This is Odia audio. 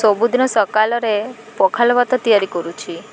ସବୁଦିନ ସକାଳରେ ପଖାଳ ଭାତ ତିଆରି କରୁଛି